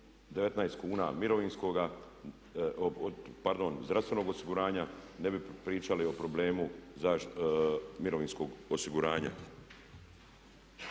pardon zdravstvenog osiguranja, ne bi pričali o problemu mirovinskog osiguranja.